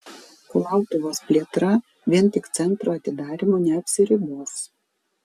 kulautuvos plėtra vien tik centro atidarymu neapsiribos